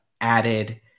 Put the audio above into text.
added